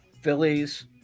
Phillies